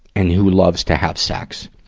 and who loves to have sex.